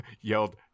Yelled